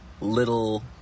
little